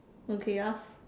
okay you ask